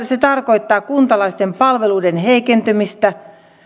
se tarkoittaa kuntalaisten palveluiden heikentymistä